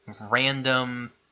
random